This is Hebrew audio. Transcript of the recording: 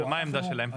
ומה העמדה שלהם?